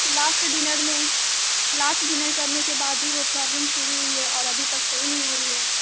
last dinner میں last dinner کرنے کے بعد ہی وہ پروبلم شروع ہوئی ہے اور ابھی تک صحیح نہیں ہو ر ہی ہے